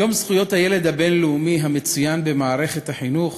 יום זכויות הילד הבין-לאומי, המצוין במערכת החינוך